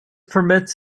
permits